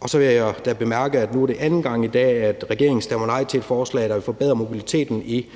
om. Så vil jeg da bemærke, at det nu er anden gang i dag, at regeringen stemmer nej til et forslag, der forbedrer mobiliteten i